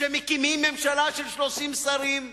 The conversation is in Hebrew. כשמקימים ממשלה של 30 שרים,